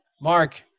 Mark